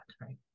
right